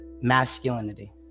masculinity